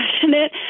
passionate